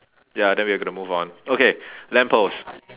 ya then we gotta move on okay lamp post